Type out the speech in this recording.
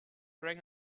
rang